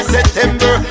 September